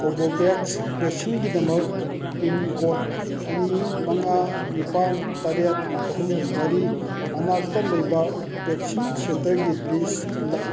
ꯀꯣꯕꯣꯕꯦꯛꯁ ꯚꯦꯛꯁꯤꯟꯒꯤꯗꯃꯛ ꯄꯤꯟꯀꯣꯗ ꯑꯅꯤ ꯃꯉꯥ ꯅꯤꯄꯥꯜ ꯇꯔꯦꯠ ꯑꯍꯨꯝ ꯃꯔꯤ ꯃꯅꯥꯛꯇ ꯂꯩꯕ ꯚꯦꯛꯁꯤꯟ ꯁꯦꯟꯇꯔꯒꯤ ꯂꯤꯁ ꯎꯠꯂꯛꯎ